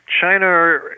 China